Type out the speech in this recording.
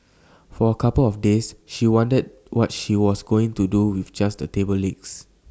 for A couple of days she wondered what she was going to do with just the table legs